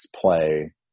play